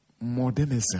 modernism